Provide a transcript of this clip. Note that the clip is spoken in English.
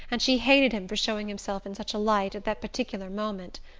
and she hated him for showing himself in such a light at that particular moment.